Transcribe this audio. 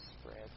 spread